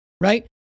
Right